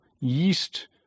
yeast